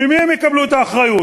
ממי הם יקבלו את האחריות?